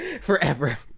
forever